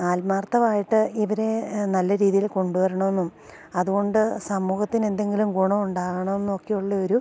ആത്മാർത്ഥമായിട്ട് ഇവരെ നല്ല രീതിയിൽ കൊണ്ടു വരണമെന്നും അതു കൊണ്ട് സമൂഹത്തിനെന്തെങ്കിലും ഗുണമോ ഉണ്ടാകണമെന്നൊക്കെയുള്ള ഒരു